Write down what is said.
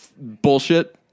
Bullshit